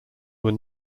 were